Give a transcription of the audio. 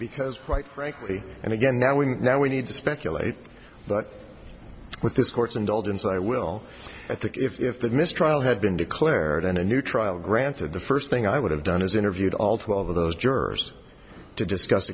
because quite frankly and again now we now we need to speculate but with this court's indulgence i will i think if the mistrial had been declared a new trial granted the first thing i would have done is interviewed all twelve of those jurors to discuss